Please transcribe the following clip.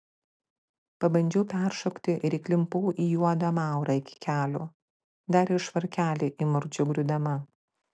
pabandžiau peršokti ir įklimpau į juodą maurą iki kelių dar ir švarkelį įmurkdžiau griūdama